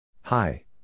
Hi